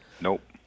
Nope